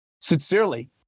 Sincerely